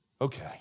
Okay